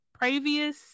previous